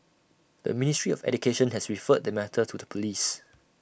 the ministry of education has referred the matter to the Police